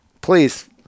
please